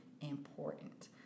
important